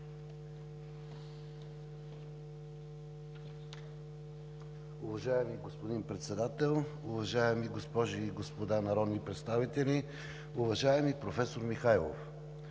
Уважаеми господин Председател, уважаеми госпожи и господа народни представители! Уважаеми доцент Йорданов,